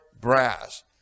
brass